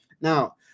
Now